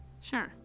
Sure